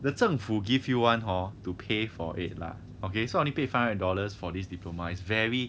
the 政府 give you [one] hor to pay for it lah okay so I only pay five hundred dollars for this diploma it's very